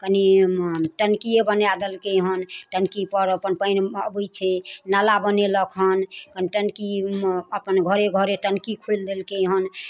कनी टङ्किये बनाय देलकै हन टङ्कीपर अपन पानि आबै छै नला बनेलक हन टङ्कीमे अपन घरे घरे टङ्की खोलि देलकै हन